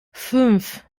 fünf